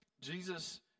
Jesus